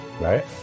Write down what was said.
Right